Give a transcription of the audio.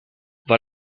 war